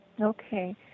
Okay